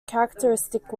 characteristic